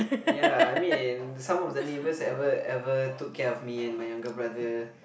ya I mean in some of the neighbours ever ever took care of me and my younger brother